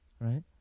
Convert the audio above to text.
right